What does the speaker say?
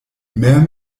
mem